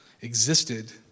existed